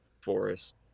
forest